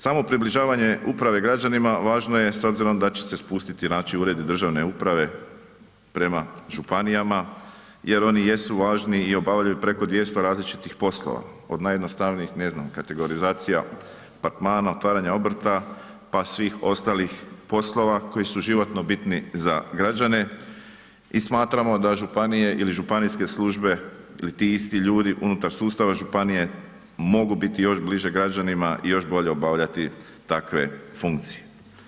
Samo približavanje uprave građanima važno je s obzirom da će se spustiti znači uredi državne uprave prema županijama, jer oni jedu važni i obavljaju preko 200 različitih poslova, od najjednostavnijih ne znam kategorizacija apartmana, otvaranja obrta, pa svih ostalih poslova koji su životno bitni za građane i smatramo da županije ili županijske službe ili ti isti ljudi unutar sustava županije mogu biti još bliže građanima i još bolje obavljati takve funkcije.